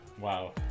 wow